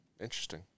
interesting